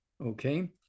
okay